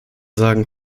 sagen